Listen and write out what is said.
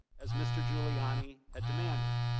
as mr. giuliani had demanded.